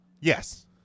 Yes